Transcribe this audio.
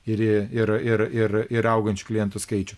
ir ir ir ir ir augančių klientų skaičium